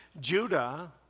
Judah